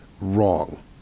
wrong